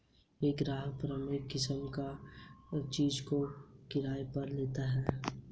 एक ग्राहक प्रारंभिक किस्त का भुगतान करके किसी भी चीज़ को किराये पर लेता है